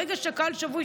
ברגע שאתה קהל שבוי,